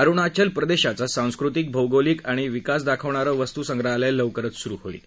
अरुणाचल प्रदेशचा सांस्कृतिक भौगोलिक आणि विकास दाखवणारं वस्तू संग्रहालय लवकरच सुरु होईल